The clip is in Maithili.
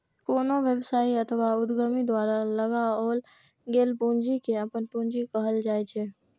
कोनो व्यवसायी अथवा उद्यमी द्वारा लगाओल गेल पूंजी कें अपन पूंजी कहल जाइ छै